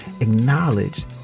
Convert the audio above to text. Acknowledge